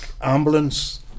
ambulance